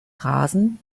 rasen